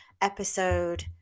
episode